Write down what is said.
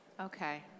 Okay